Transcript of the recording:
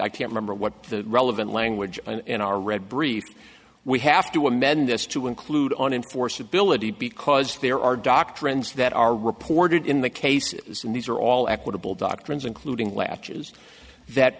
i can't remember what the relevant language and i'll read brief we have to amend this to include on enforceability because there are doctrines that are reported in the cases and these are all equitable doctrines including latches that